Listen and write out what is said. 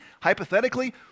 hypothetically